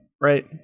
right